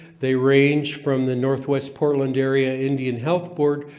they range from the northwest portland area indian health board,